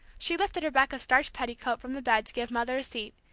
she lifted rebecca's starched petticoat from the bed to give mother a seat,